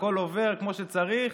הכול עובר כמו שצריך,